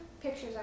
pictures